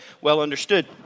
well-understood